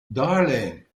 darling